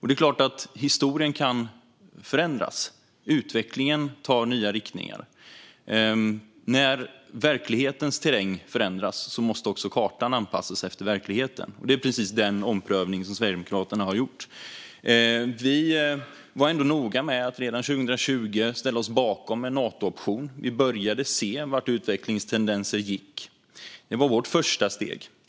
Det är klart att historien kan förändras och utvecklingen ta nya riktningar. När verklighetens terräng förändras måste också kartan anpassas efter verkligheten. Det är precis den omprövning som Sverigedemokraterna har gjort. Vi var ändå noga med att redan 2020 ställa oss bakom en Natooption. Vi började se vart utvecklingstendenserna gick. Det var vårt första steg.